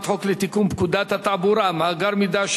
עשרה בעד, אין מתנגדים, אין נמנעים.